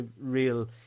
real